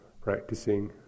practicing